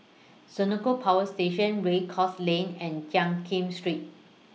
Senoko Power Station Race Course Lane and Jiak Kim Street